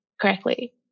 correctly